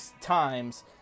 times